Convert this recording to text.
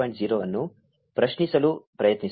0 ಅನ್ನು ಪ್ರಶ್ನಿಸಲು ಪ್ರಯತ್ನಿಸೋಣ